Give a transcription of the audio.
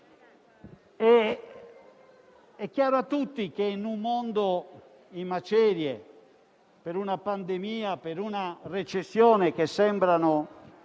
è chiaro a tutti che in un mondo in macerie per una pandemia e una recessione che sembrano